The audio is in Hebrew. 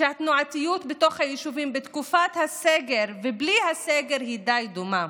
שהתנועתיות בתוך היישובים בתקופת הסגר ובלי הסגר היא די דומה,